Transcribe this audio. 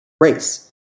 race